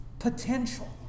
Potential